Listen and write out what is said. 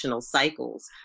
cycles